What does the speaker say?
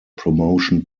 promotion